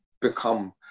become